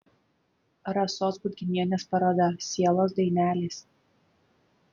rasos budginienės paroda sielos dainelės